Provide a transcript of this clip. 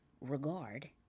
regard